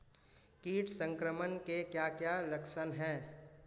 कीट संक्रमण के क्या क्या लक्षण हैं?